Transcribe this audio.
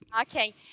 okay